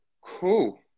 Cool